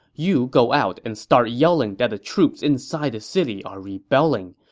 you go out and start yelling that the troops inside the city are rebelling,